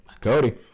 Cody